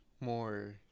more